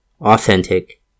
authentic